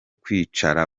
kwicara